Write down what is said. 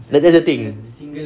that that's the thing